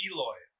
Eloy